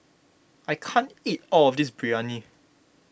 I can't eat all of this Biryani